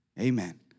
amen